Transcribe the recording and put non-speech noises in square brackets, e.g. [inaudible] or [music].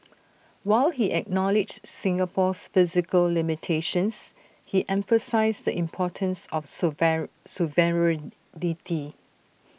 while he acknowledged Singapore's physical limitations he emphasised the importance of [unintelligible] sovereignty